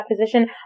position